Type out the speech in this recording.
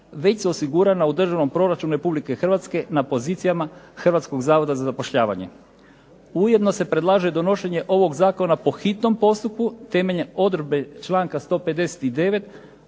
već su osigurana u državnom proračunu Republike Hrvatske na pozicijama Hrvatskog zavoda za zapošljavanje. Ujedno se predlaže donošenje ovog zakona po hitnom postupku temeljem odredbe članka 159.